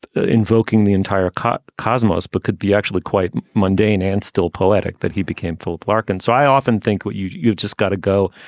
invoking the entire cut cosmos, but could be actually quite mundane and still poetic that he became full. and so i often think what you've you've just got to go.